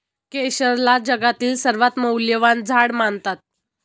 केशरला जगातील सर्वात मौल्यवान झाड मानतात